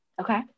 Okay